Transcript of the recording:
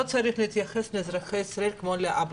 לא צריך להתייחס לאזרחי ישראל כמו לאהבלים,